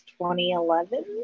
2011